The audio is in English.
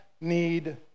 need